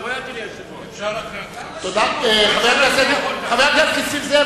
חבר הכנסת נסים זאב,